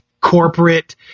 corporate